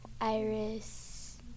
iris